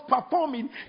performing